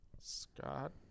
Scott